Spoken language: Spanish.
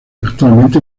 actualmente